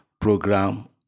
program